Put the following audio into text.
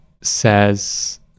says